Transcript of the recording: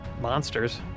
monsters